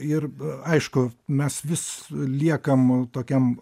ir aišku mes vis liekam tokiam